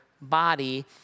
body